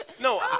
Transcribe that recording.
No